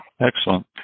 Excellent